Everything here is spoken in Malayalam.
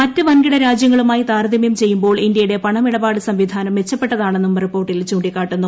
മറ്റ് വൻകിട രാജ്യങ്ങളുമായി താരതമ്യം ചെയ്യുമ്പോൾ ഇന്ത്യയുടെ പണമിടപാട് സംവിധാനം മെച്ചപ്പെട്ടതാണെന്നും റിപ്പോർട്ടിൽ ചൂണ്ടിക്കാട്ടുന്നു